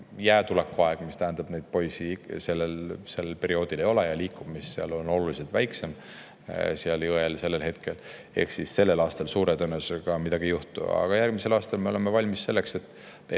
jäätuleku aeg, mis tähendab, et neid poisid seal sel perioodil ei ole ja liikumine on oluliselt väiksem seal jõel sel ajal. Ehk sellel aastal suure tõenäosusega midagi ei juhtu, aga järgmisel aastal me oleme valmis selleks, et